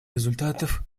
результатов